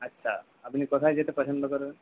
আচ্ছা আপনি কোথায় যেতে পছন্দ করবেন